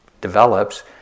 develops